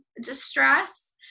distress